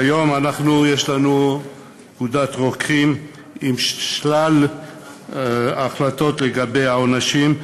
כיום יש לנו פקודת רוקחים עם שלל החלטות לגבי העונשים,